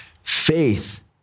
Faith